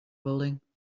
building